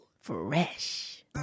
fresh